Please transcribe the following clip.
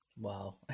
Wow